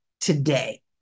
today